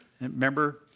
Remember